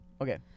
Okay